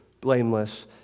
blameless